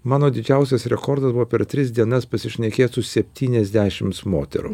mano didžiausias rekordas buvo per tris dienas pasišnekėt su septyniasdešims moterų